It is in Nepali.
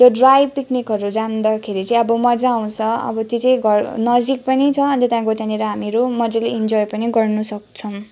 त्यो ड्राई पिकनिकहरू जाँदाखेरि चाहिँ अब मज्जा आउँछ अब त्यो चाहिँ घर नजिक पनि छ अन्त त्यहाँदेखिको त्यहाँनिर हामीहरू मज्जाले इन्जोय पनि गर्नु सक्छम्